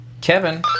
Kevin